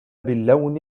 باللون